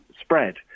spread